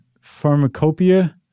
Pharmacopoeia